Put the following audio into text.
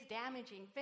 damaging